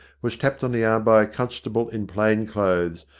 was tapped on the arm by a con stable in plain clothes,